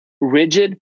rigid